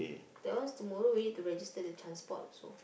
that one is tomorrow already to register the transport so